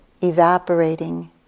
evaporating